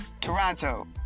Toronto